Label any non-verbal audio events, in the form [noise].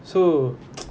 so [noise]